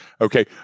Okay